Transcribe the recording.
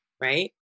right